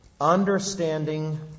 Understanding